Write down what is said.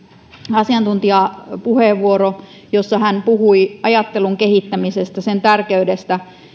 asiantuntijapuheenvuoro jossa hän puhui ajattelun kehittämisestä sen tärkeydestä